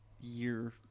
year